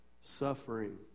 suffering